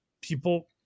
people